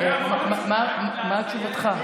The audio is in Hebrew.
מה תשובתך?